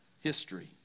history